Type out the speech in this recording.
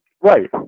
Right